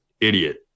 idiot